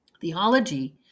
Theology